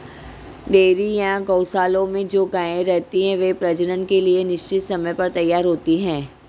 dairy या गोशालाओं में जो गायें रहती हैं, वे प्रजनन के लिए निश्चित समय पर तैयार होती हैं